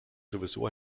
sowieso